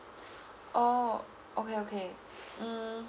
oh okay okay mm